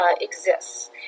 exists